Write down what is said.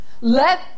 Let